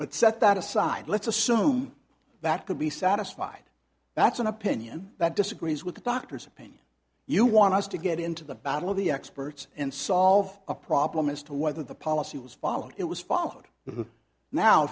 but set that aside let's assume that could be satisfied that's an opinion that disagrees with the doctors and you want us to get into the battle of the experts and solve a problem as to whether the policy was followed it was followed